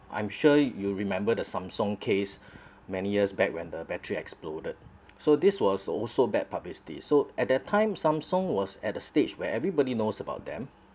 I'm sure you remember the Samsung case many years back when the battery exploded so this was also bad publicity so at that time Samsung was at the stage where everybody knows about them